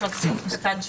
יש סעיף קטן,